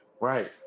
right